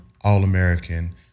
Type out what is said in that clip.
All-American